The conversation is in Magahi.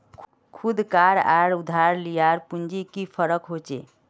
खुद कार आर उधार लियार पुंजित की फरक होचे?